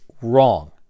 wrong